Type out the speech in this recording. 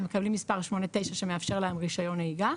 הם מקבלים מספר 89 שמאפשר להם רישיון נהיגה,